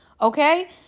okay